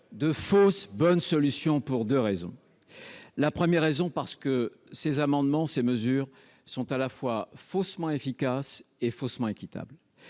de fausses bonnes solutions pour 2 raisons : la première raison, parce que ces amendements, ces mesures sont à la fois faussement efficace et faussement équitable